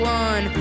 one